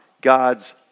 God's